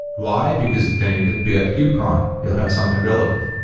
why? because then you could be at kubecon. you'll have something relevant.